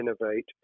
innovate